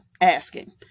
asking